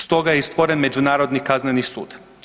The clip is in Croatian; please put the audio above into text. Stoga je i stvoren Međunarodni kazneni sud.